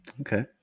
okay